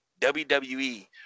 WWE